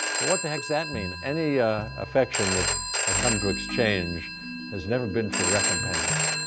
what the heck's that mean? any affection that i come to exchange has never been for recompense.